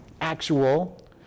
actual